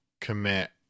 commit